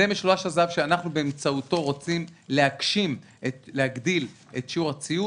זה משולש הזהב שבאמצעותו אנחנו רוצים להגדיל את שיעור הציות.